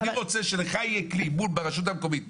אני רוצה שיהיה לך כלי ברשות המקומית.